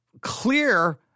clear